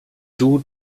due